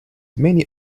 many